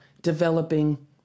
developing